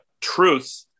truth